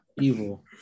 Evil